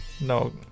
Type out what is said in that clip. No